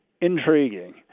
intriguing